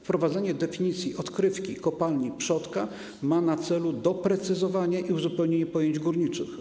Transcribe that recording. Wprowadzenie definicji odkrywki, kopalni i przodka ma na celu doprecyzowanie i uzupełnienie pojęć górniczych.